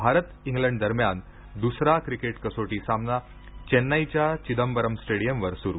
Bharat England दरम्यान दुसरा cricket कसोटी सामना चेन्नईच्या चिदंबरम स्टेडियमवर सुरू